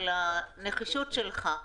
על הנחישות שלך.